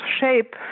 shape